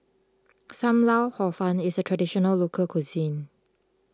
Sam Lau Hor Fun is a Traditional Local Cuisine